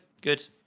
good